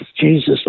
Jesus